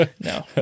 No